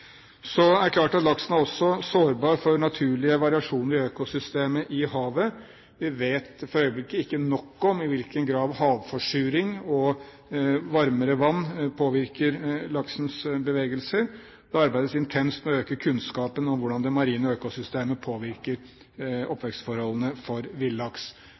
er klart at laksen også er sårbar for naturlige variasjoner i økosystemet i havet. Vi vet for øyeblikket ikke nok om i hvilken grad havforsuring og varmere vann påvirker laksens bevegelser. Det arbeides intenst for å øke kunnskapen om hvordan det marine økosystemet påvirker oppvekstforholdene for villaks,